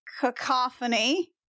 cacophony